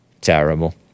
Terrible